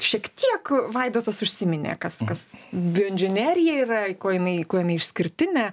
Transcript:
šiek tiek vaidotas užsiminė kas kas bioinžinerija yra ko jinai kuo jinai išskirtinė